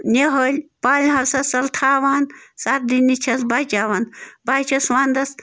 نِہٲلۍ پالہِ ہاوسَس تَل تھاوان سردی نِش چھَس بَچاوان بہٕ حظ چھَس وَنٛدَس